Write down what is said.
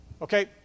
Okay